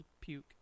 puke